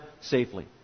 safely